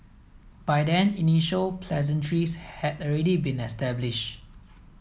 by then initial pleasantries had already been established